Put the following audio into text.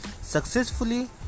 Successfully